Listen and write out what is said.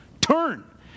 Turn